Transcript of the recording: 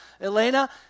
Elena